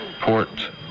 Port